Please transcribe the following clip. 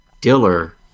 Diller